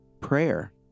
Prayer